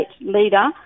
leader